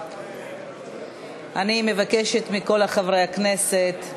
אני מבקשת מכל חברי הכנסת: